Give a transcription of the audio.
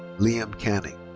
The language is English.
liam canning.